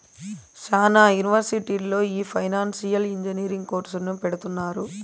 శ్యానా యూనివర్సిటీల్లో ఈ ఫైనాన్సియల్ ఇంజనీరింగ్ కోర్సును పెడుతున్నారు